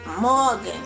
Morgan